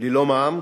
ללא מע"מ,